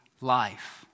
life